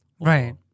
Right